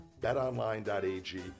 betonline.ag